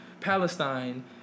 Palestine